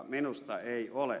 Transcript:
minusta ei ole